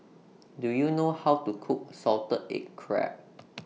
Do YOU know How to Cook Salted Egg Crab